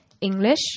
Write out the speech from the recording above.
English